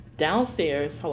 downstairs